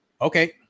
okay